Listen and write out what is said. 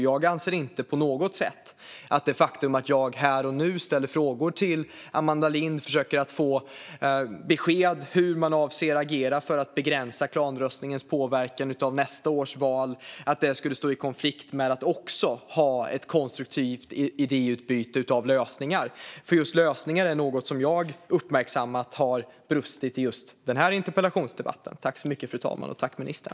Jag anser inte på något sätt att det faktum att jag här och nu ställer frågor till Amanda Lind och försöker att få besked om hur man avser att agera för att begränsa klanröstningens påverkan på nästa års val skulle stå i konflikt med att ha ett konstruktivt idéutbyte om lösningar. Just lösningar är något som jag uppmärksammat har saknats i den här interpellationsdebatten.